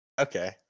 Okay